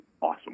awesome